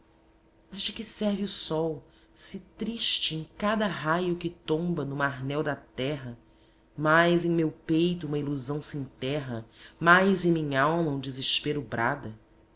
de que serve o sol se triste em cada raio que tomba no marnel da terra mais em meu peito uma ilusão se enterra mais em minhalma um desespero brada